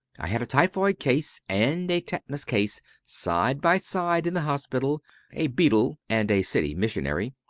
i had a typhoid case and a tetanus case side by side in the hospital a beadle and a city missionary.